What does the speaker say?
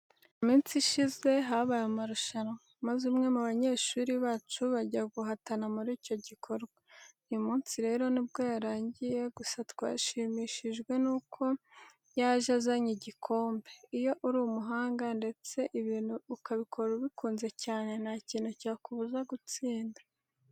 Mu minsi ishize habaye amarushanwa, maze umwe mu banyeshuri bacu bajya guhatana muri icyo gikorwa. Uyu munsi rero ni bwo yarangiye gusa twashimishijwe nuko yaje azanye igikombe. Iyo uri umuhanga ndetse ibintu ukabikora ubikunze cyane, nta kintu cyakubuza gutsinda.